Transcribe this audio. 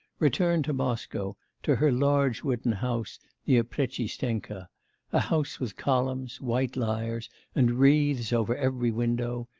returned to moscow, to her large wooden house near prechistenka a house with columns, white lyres and wreaths over every window,